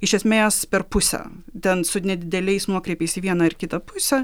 iš esmės per pusę ten su nedideliais nuokrypiais į vieną ar kitą pusę